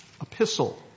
Epistle